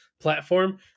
platform